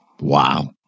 Wow